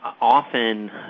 often